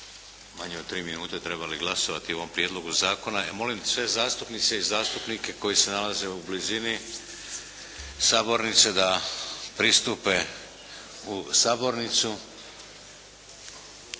manje od 3 minute trebali glasovati o ovom prijedlogu zakona. Molim sve zastupnice i zastupnike koji se nalaze u blizini sabornice, da pristupe u sabornicu